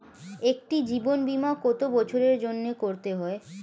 একটি জীবন বীমা কত বছরের জন্য করতে হয়?